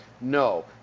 No